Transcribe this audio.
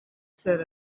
said